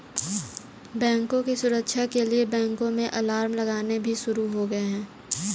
बैंकों की सुरक्षा के लिए बैंकों में अलार्म लगने भी शुरू हो गए हैं